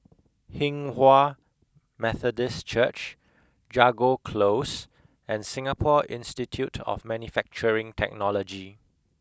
Hinghwa Methodist Church Jago Close and Singapore Institute of Manufacturing Technology